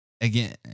Again